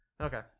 okay